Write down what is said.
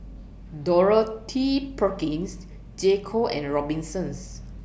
Dorothy Perkins J Co and Robinsons